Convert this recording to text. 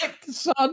son